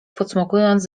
pocmokując